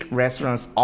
restaurant's